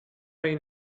این